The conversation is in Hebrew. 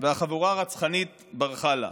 והחבורה הרצחנית ברחה לה.